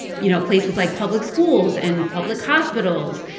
you know, places like public schools and public hospitals.